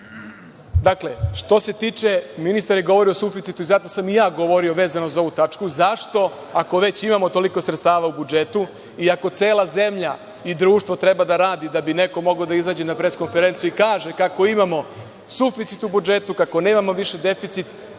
molim vas? Dakle, ministar je govorio o suficitu i zato sam i ja govorio vezano za ovu tačku, zašto, ako već imamo toliko sredstava u budžetu i ako cela zemlja i društvo treba da radi da bi neko mogao da izađe na pres-konferenciju i kaže kako imamo suficit u budžetu, kako nemamo više deficit,